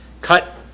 cut